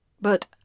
But